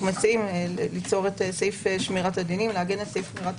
מציעים לעגן את סעיף שמירת הדינים,